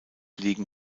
legen